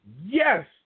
Yes